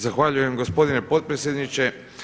Zahvaljujem gospodine potpredsjedniče.